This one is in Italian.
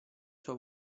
sua